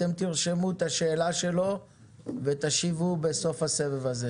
אתם תרשמו את השאלה שלו ובסוף הסבב הזה